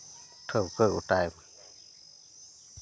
ᱴᱷᱟᱹᱣᱠᱟᱹ ᱜᱚᱴᱟᱭᱟᱵᱚᱱ